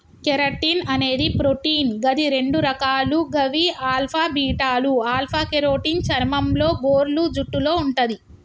keratin అనేది protein గది రెండు రకాలు గవి ఆల్ఫా, బీటాలు ఆల్ఫ కెరోటిన్ చర్మంలో, గోర్లు, జుట్టులో వుంటది